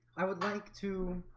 i would like to